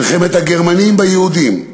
מלחמת הגרמנים ביהודים.